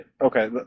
okay